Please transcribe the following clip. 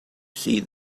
see